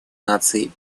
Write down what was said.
наций